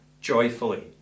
joyfully